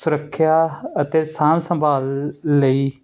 ਸੁਰੱਖਿਆ ਅਤੇ ਸਾਂਭ ਸੰਭਾਲ ਲ ਲਈ